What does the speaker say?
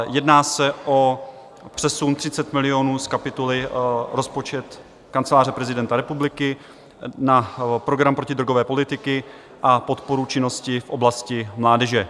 Jedná se o přesun 30 milionů z kapitoly rozpočet Kanceláře prezidenta republiky na program protidrogové politiky a podporu činnosti v oblasti mládeže.